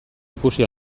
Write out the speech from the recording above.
ikusi